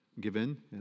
given